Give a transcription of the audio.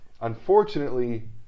unfortunately